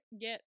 get